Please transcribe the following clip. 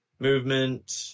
Movement